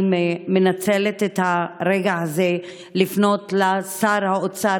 אני מנצלת את הרגע הזה לפנות לשר האוצר